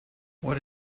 what